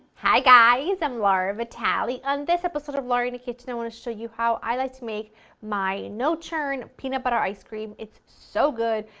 hi guys, i'm laura vitale and on this episode of laura in the kitchen i'm going to show you how i like to make my no-churn peanut butter ice cream. it's so good!